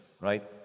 right